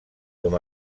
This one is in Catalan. com